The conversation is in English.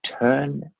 turn